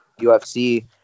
UFC